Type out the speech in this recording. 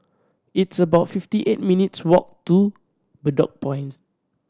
it's about fifty eight minutes' walk to Bedok Points